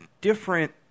different